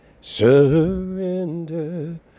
surrender